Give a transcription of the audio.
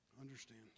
Understand